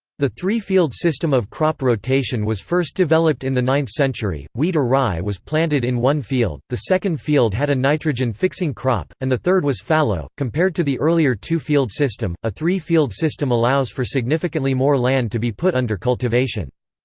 the three-field system of crop rotation was first developed in the ninth century wheat or rye was planted in one field, the second field had a nitrogen-fixing crop, and the third was fallow compared to the earlier two-field system, a three-field system allows for significantly more land to be put under cultivation.